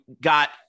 got